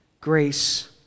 grace